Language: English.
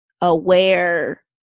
aware